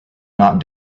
not